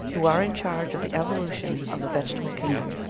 who are in charge of the evolution of the vegetable kingdom.